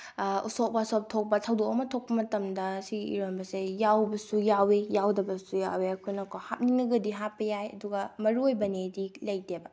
ꯎꯁꯣꯞ ꯋꯥꯁꯣꯞ ꯊꯣꯛꯄ ꯊꯧꯗꯣꯛ ꯑꯃ ꯊꯣꯛꯄ ꯃꯇꯝꯗ ꯁꯤꯒꯤ ꯏꯔꯣꯟꯕꯁꯦ ꯌꯥꯎꯕꯁꯨ ꯌꯥꯎꯋꯤ ꯌꯥꯎꯗꯕꯁꯨ ꯌꯥꯎꯋꯤ ꯑꯩꯈꯣꯏꯅꯀꯣ ꯍꯥꯞꯅꯤꯡꯉꯒꯗꯤ ꯍꯥꯞꯄ ꯌꯥꯏ ꯑꯗꯨꯒ ꯃꯔꯨꯑꯣꯏꯕꯅꯦꯗꯤ ꯂꯩꯇꯦꯕ